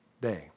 day